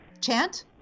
Chant